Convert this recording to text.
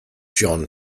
jon